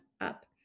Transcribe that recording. up